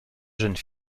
jeune